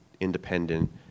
independent